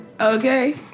Okay